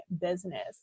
business